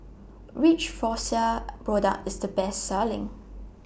Which Floxia Product IS The Best Selling